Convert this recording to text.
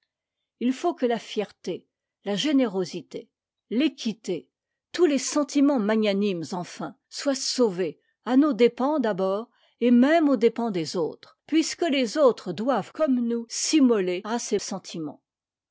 h faut que a fierté la générosité l'équité tous les sentiments magnanimes enfin soient sauvés à nos dépens d'abord et même aux dépens des autres puisque les autres doivent comme nous s'immoler à ces sentiments